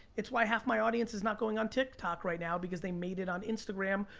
it's why half my audience is not going on tiktok right now, because they made it on instagram,